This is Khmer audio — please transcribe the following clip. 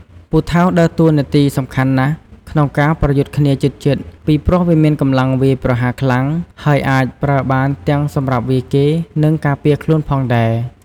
ពូថៅដើរតួនាទីសំខាន់ណាស់ក្នុងការប្រយុទ្ធគ្នាជិតៗ ពីព្រោះវាមានកម្លាំងវាយប្រហារខ្លាំង ហើយអាចប្រើបានទាំងសម្រាប់វាយគេ និងការពារខ្លួនផងដែរ។